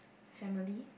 family